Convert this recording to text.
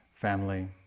family